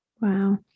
Wow